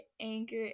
Anchor